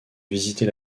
visiter